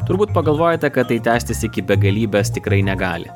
turbūt pagalvojate kad tai tęstis iki begalybės tikrai negali